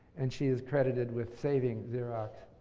and she is credited with saving xerox,